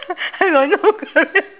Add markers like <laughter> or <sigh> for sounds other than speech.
I got no career <laughs>